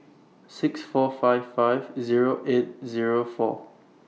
six four five five Zero eight Zero four